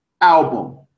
album